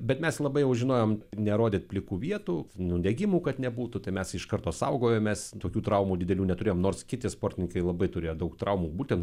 bet mes labai jau žinojom nerodyt plikų vietų nudegimų kad nebūtų tai mes iš karto saugojomės tokių traumų didelių neturėjom nors kiti sportininkai labai turėjo daug traumų būtent